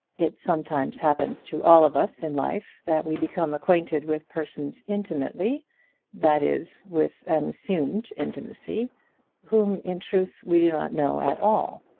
it sometimes happens to all of us in life that we become acquainted with persons intimately that is, with an assumed intimacy whom in truth we do not know at all.